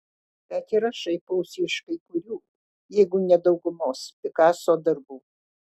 bet ir aš šaipausi iš kai kurių jeigu ne daugumos pikaso darbų